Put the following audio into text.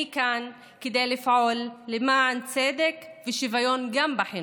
אני כאן כדי לפעול למען צדק ושוויון גם בחינוך,